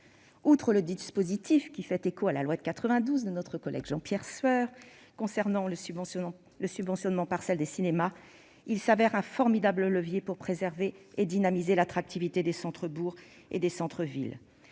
que ce dispositif fait écho à la loi de 1992 de notre collègue Jean-Pierre Sueur concernant le subventionnement partiel des cinémas, il s'avère un formidable levier pour préserver et dynamiser l'attractivité des centres-bourgs et des centres-villes.